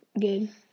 Good